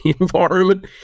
environment